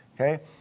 okay